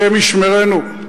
השם ישמרנו,